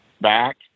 back